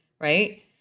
right